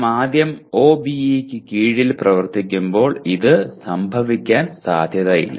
നാം ആദ്യം OBE ക്ക് കീഴിൽ പ്രവർത്തിക്കുമ്പോൾ ഇത് സംഭവിക്കാൻ സാധ്യതയില്ല